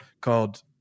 called